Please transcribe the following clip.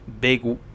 big